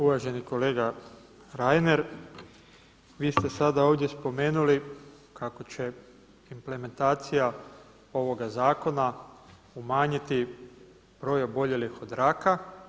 Uvaženi kolega Reiner, vi ste sada ovdje spomenuli kako će implementacija ovoga zakona umanjiti broj oboljelih od raka.